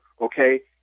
okay